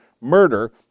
murder